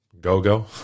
go-go